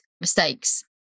mistakes